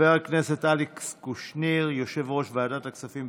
חבר הכנסת אלכס קושניר, יושב-ראש ועדת הכספים.